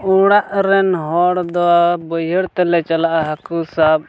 ᱚᱲᱟᱜ ᱨᱮᱱ ᱦᱚᱲ ᱵᱟᱹᱭᱦᱟᱹᱲ ᱛᱮᱞᱮ ᱪᱟᱞᱟᱜᱼᱟ ᱦᱟᱹᱠᱩ ᱥᱟᱵ